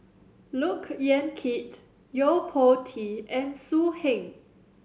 Look Yan Kit Yo Po Tee and So Heng